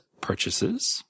purchases